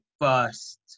first